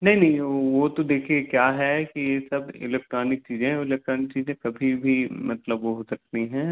नहीं नहीं वो तो देखिए क्या है कि ये सब एलेक्ट्रानिक चीज़ें हैं और एलेक्ट्रानिक चीज़ें कभी भी मतलब वो हो सकती हैं